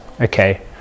okay